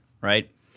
right